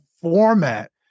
format